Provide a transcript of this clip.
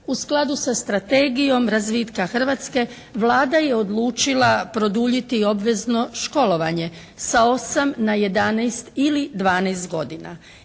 U skladu sa strategijom razvitka Hrvatske Vlada je odlučila produljiti i obvezno školovanje sa osam na